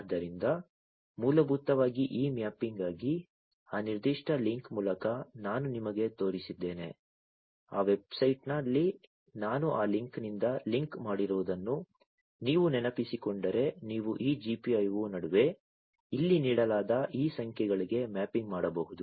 ಆದ್ದರಿಂದ ಮೂಲಭೂತವಾಗಿ ಈ ಮ್ಯಾಪಿಂಗ್ಗಾಗಿ ಆ ನಿರ್ದಿಷ್ಟ ಲಿಂಕ್ ಮೂಲಕ ನಾನು ನಿಮಗೆ ತೋರಿಸಿದ್ದೇನೆ ಆ ವೆಬ್ಸೈಟ್ನಲ್ಲಿ ನಾನು ಆ ಲಿಂಕ್ನಿಂದ ಲಿಂಕ್ ಮಾಡಿರುವುದನ್ನು ನೀವು ನೆನಪಿಸಿಕೊಂಡರೆ ನೀವು ಈ GPIO ನಡುವೆ ಇಲ್ಲಿ ನೀಡಲಾದ ಈ ಸಂಖ್ಯೆಗಳಿಗೆ ಮ್ಯಾಪಿಂಗ್ ಮಾಡಬಹುದು